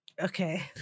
Okay